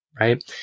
Right